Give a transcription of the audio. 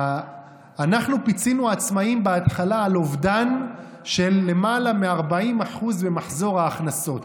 אנחנו פיצינו עצמאים בהתחלה על אובדן של למעלה מ-40% ממחזור ההכנסות.